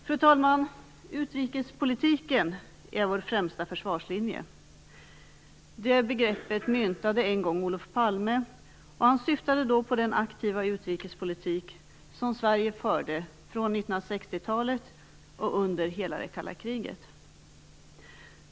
Fru talman! Utrikespolitiken är vår främsta försvarslinje. Det uttrycket myntade en gång Olof Palme. Han syftade på den aktiva utrikespolitik som Sverige förde från 1960-talet och under hela det kalla kriget.